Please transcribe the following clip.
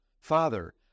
Father